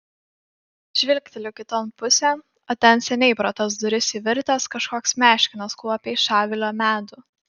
žvilgteliu kiton pusėn o ten seniai pro tas duris įvirtęs kažkoks meškinas kuopia iš avilio medų